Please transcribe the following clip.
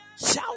Shout